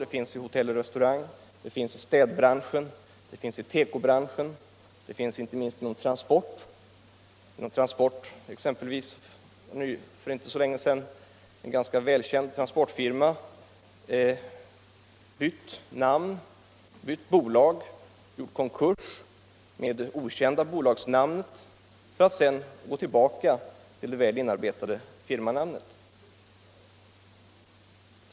Det finns i hotelloch restaurangbranschen, det finns i städbranschen, det finns i tekobranschen, och det finns inte minst inom transportbranschen. Det är inte så länge sedan en ganska välkänd transportfirma bytte namn, varefter företagaren gjorde konkurs med det okända bolagsnamnet för att sedan gå tillbaka till det väl inarbetade firmanamnet.